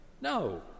No